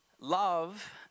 Love